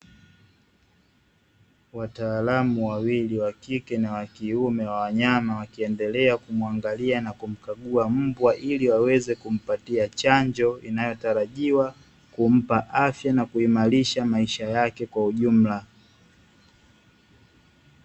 Wataalam wawili (wakike na wakiume) wa wanyama, wakiendelea kumuangalia na kumkagua mbwa ili waweze kumpatia chanjo inayotarajiwa kumpa afya na kuimarisha maisha yake ya kwa ujumla.